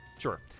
Sure